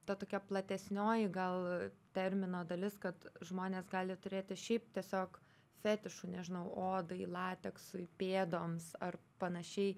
ta tokia platesnioji gal termino dalis kad žmonės gali turėti šiaip tiesiog fetišų nežinau odai lateksui pėdoms ar panašiai